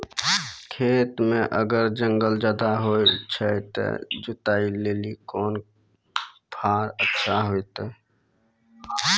खेत मे अगर जंगल ज्यादा छै ते जुताई लेली कोंन फार अच्छा होइतै?